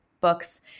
books